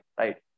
right